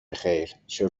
بخیر، چه